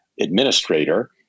administrator